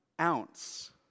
ounce